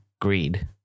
greed